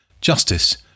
justice